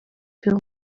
film